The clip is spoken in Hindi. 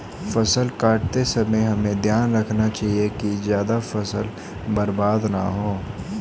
फसल काटते समय हमें ध्यान रखना चाहिए कि ज्यादा फसल बर्बाद न हो